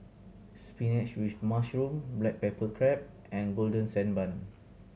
spinach with mushroom black pepper crab and Golden Sand Bun